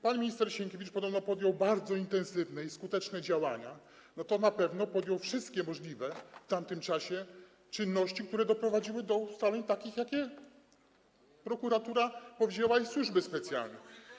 Pan minister Sienkiewicz podobno podjął bardzo intensywne i skuteczne działania, to na pewno podjął wszystkie możliwe w tamtym czasie czynności, które doprowadziły do ustaleń takich, jakich dokonały prokuratura i służby specjalne.